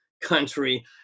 country